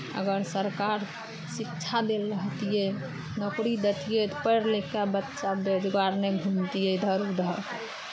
अगर सरकार शिक्षा देल रहितियै नौकरी देतियै तऽ पढ़ि लिखि कऽ बच्चा बेरोजगार नहि घुमतियै इधर उधर